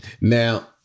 Now